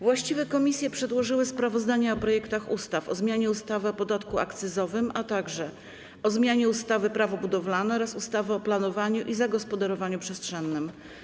Właściwe komisje przedłożyły sprawozdania o projektach ustaw: - o zmianie ustawy o podatku akcyzowym, - o zmianie ustawy - Prawo budowlane oraz ustawy o planowaniu i zagospodarowaniu przestrzennym.